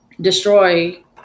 destroy